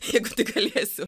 jeigu tik galėsiu